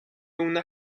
una